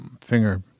finger